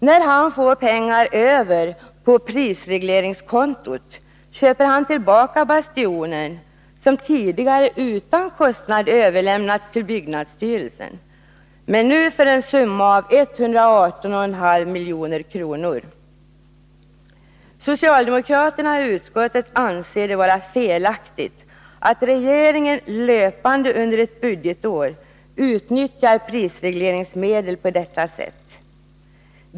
När han får pengar över på prisregleringskontot köper han tillbaka Bastionen, som tidigare utan kostnad överlämnats till byggnadsstyrelsen — men nu till en summa av 118,5 milj.kr. Socialdemokraterna i utskottet anser det vara felaktigt att regeringen löpande under ett budgetår utnyttjar prisregleringsmedel på detta sätt.